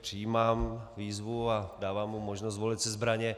Přijímám výzvu a dávám mu možnost zvolit si zbraně.